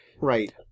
Right